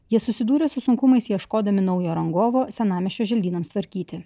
jie susidūrė su sunkumais ieškodami naujo rangovo senamiesčio želdynams tvarkyti